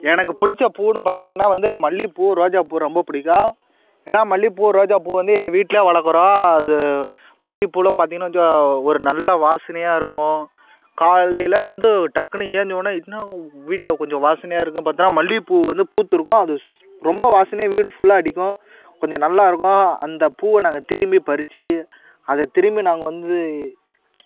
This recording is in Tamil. எனக்கு பிடிச்ச பூவுனு பார்த்தீங்கன்னா வந்து மல்லிகைப்பூ ரோஜாப்பூ ரொம்ப பிடிக்கும் ஏன்னால் மல்லிகைப்பூ ரோஜாப்பூ வந்து எங்கள் வீட்டில் வளர்க்குறோம் அது மல்லிகைப் பூவெலாம் பார்த்தீங்கனா வைச்சுக்கோ ஒரு நல்ல வாசனையாக இருக்கும் காலையில் வந்து டக்குனு எழுந்ச்சவுடனே என்ன வீட்டில் கொஞ்சம் வாசனையாக இருக்குனு பார்த்தா மல்லிகைப் பூ வந்து பூத்திருக்கும் அது ரொம்ப வாசனையாக வீடு ஃபுல்லாக அடிக்கும் கொஞ்சம் நல்லா இருக்கும் அந்த பூவை நாங்கள் திரும்பி பறித்து அதை திரும்பி நாங்கள் வந்து